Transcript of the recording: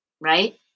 right